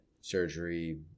surgery